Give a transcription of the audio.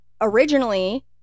originally